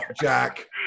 Jack